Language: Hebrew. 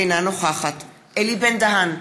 אינה נוכחת אלי בן-דהן,